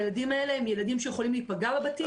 הילדים האלה הם ילדים שיכולים להיפגע בבתים.